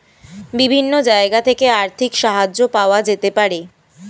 বিভিন্ন জায়গা থেকে আর্থিক সাহায্য পাওয়া যেতে পারে